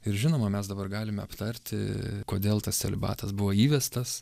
ir žinoma mes dabar galime aptarti kodėl tas celibatas buvo įvestas